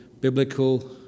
biblical